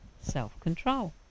self-control